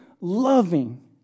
Loving